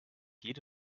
jede